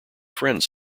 friends